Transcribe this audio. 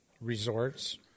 resorts